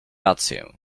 rację